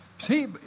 See